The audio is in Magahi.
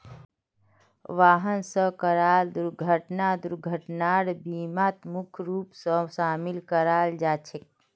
वाहन स कराल दुर्घटना दुर्घटनार बीमात मुख्य रूप स शामिल कराल जा छेक